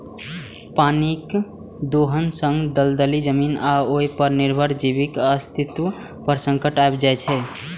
पानिक दोहन सं दलदली जमीन आ ओय पर निर्भर जीवक अस्तित्व पर संकट आबि जाइ छै